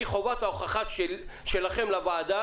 חובת ההוכחה שלכם לוועדה,